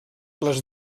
les